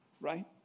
right